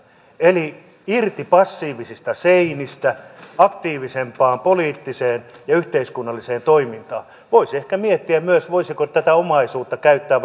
eli irti passiivisista seinistä aktiivisempaan poliittiseen ja yhteiskunnalliseen toimintaan voisi ehkä miettiä myös voisiko tätä omaisuutta käyttää